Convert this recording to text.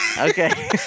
Okay